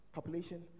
Population